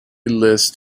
list